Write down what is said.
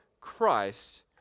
Christ